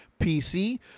PC